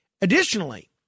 Additionally